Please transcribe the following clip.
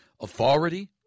authority